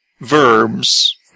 verbs